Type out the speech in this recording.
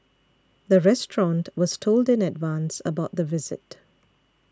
the restaurant was told in advance about the visit